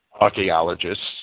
archaeologists